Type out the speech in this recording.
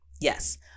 Yes